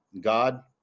God